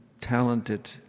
talented